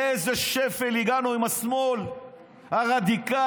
לאיזה שפל הגענו עם השמאל הרדיקלי,